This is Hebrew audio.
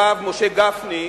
הרב משה גפני,